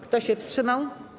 Kto się wstrzymał?